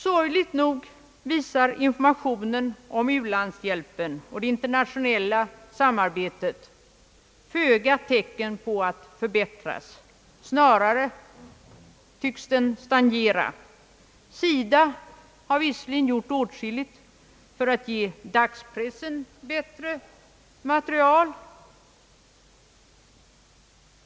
Sorgligt nog visar informationen om u-landshjälpen och det internationella samarbetet föga tecken på att förbättras. Snarare tycks den stagnera. SIDA har visserligen gjort åtskilligt för att ge dagspressen bättre material.